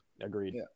agreed